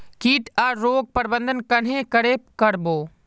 किट आर रोग गैर प्रबंधन कन्हे करे कर बो?